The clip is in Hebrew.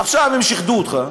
עכשיו הם שיחדו אותך,